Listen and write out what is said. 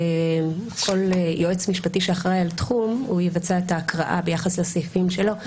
כל יועץ משפטי שאחראי על תחום הוא יבצע את ההקראה ביחס לסעיפים שלו.